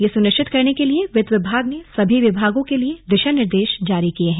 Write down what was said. यह सुनिश्चित करने के लिए वित्त विभाग ने सभी विभागों के लिए दिशा निर्देश जारी किये हैं